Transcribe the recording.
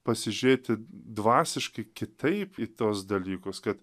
pasižėti dvasiškai kitaip į tuos dalykus ka